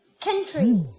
country